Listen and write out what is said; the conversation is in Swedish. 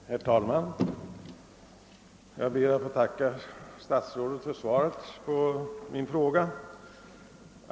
Herr talman! Jag ber att få tacka statsrådet för svaret på min fråga.